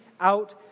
out